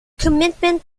commitment